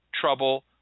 trouble